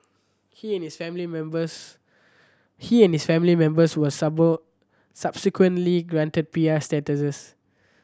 he and his family members he and his family members were subsequently granted P R status